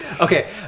okay